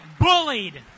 bullied